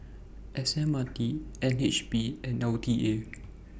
S M R T N H B and L T A